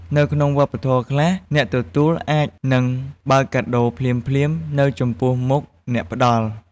នៅក្នុងវប្បធម៌ខ្លះ អ្នកទទួលអាចនឹងបើកកាដូរភ្លាមៗនៅចំពោះមុខអ្នកផ្តល់។